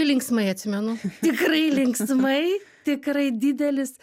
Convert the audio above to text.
labai linksmai atsimenu tikrai linksmai tikrai didelis